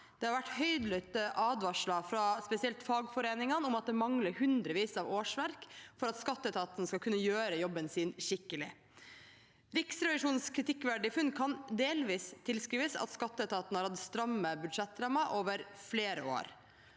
Det har vært høylytte advarsler, spesielt fra fagforeningene, om at det mangler hundrevis av årsverk for at skatteetaten skal kunne gjøre jobben sin skikkelig. Riksrevisjonens funn av kritikkverdige forhold kan delvis tilskrives at skatteetaten har hatt stramme budsjettrammer over flere år.